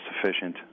sufficient